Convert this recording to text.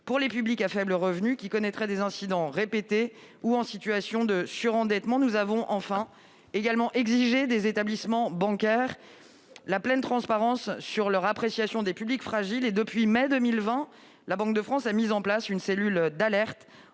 pour les publics à faibles revenus, qui connaîtraient des incidents répétés, ou en situation de surendettement. Enfin, nous avons exigé des établissements bancaires la pleine transparence quant à leur appréciation des publics fragiles. Depuis mai 2020, la Banque de France a mis en place une cellule d'alerte